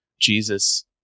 Jesus